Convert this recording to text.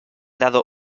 dado